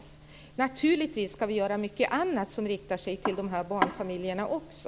Vi ska naturligtvis göra mycket annat som riktar sig till de här barnfamiljerna också.